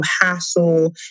hassle